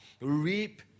reap